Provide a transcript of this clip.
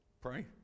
Pray